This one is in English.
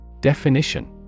Definition